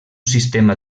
sistema